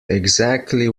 exactly